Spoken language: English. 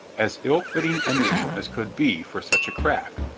as ill-fitting a name as could be for such a craft,